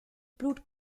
blut